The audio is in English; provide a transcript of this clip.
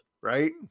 right